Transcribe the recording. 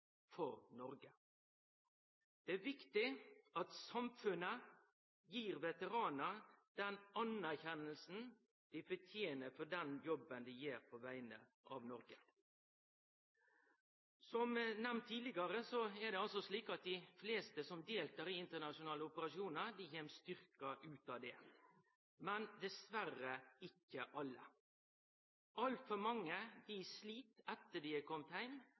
for Noreg. Det er viktig at samfunnet gir veteranar den anerkjenninga dei fortener for den jobben dei har gjort på vegner av Noreg. Som nemnt tidlegare, kjem dei fleste som deltar i internasjonale operasjonar, styrkte ut av det, men dessverre ikkje alle. Altfor mange slit etter at dei